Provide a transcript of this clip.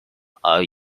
are